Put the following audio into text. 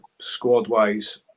squad-wise